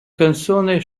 canzone